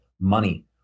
Money